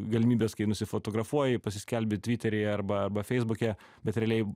galimybės kai nusifotografuoji pasiskelbi tviteryje arba arba feisbuke bet realiai